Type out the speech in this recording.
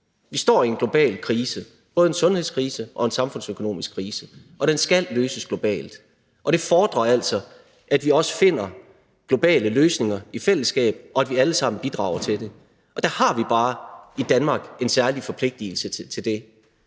Vi står i en global krise, både en sundhedskrise og en samfundsøkonomisk krise, og den skal løses globalt, og det fordrer altså, at vi også finder globale løsninger i fællesskab, og at vi alle sammen bidrager til det. Der har vi bare i Danmark en særlig forpligtelse til det.